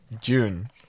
June